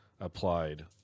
applied